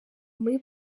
muri